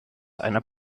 der